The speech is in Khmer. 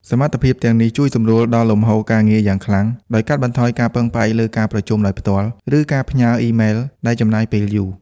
សមត្ថភាពទាំងនេះ ជួយសម្រួលដល់លំហូរការងារ យ៉ាងខ្លាំង ដោយកាត់បន្ថយការពឹងផ្អែកលើការប្រជុំដោយផ្ទាល់ ឬការផ្ញើអ៊ីមែលដែលចំណាយពេលយូរ។